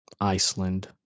Iceland